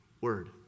word